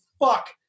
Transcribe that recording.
fuck